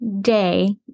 day